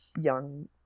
young